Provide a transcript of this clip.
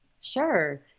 sure